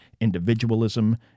individualism